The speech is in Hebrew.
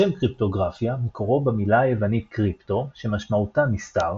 השם "קריפטוגרפיה" מקורו במילה היוונית "קריפטו" שמשמעותה נסתר